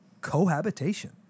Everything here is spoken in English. cohabitation